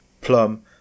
plum